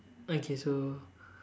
okay so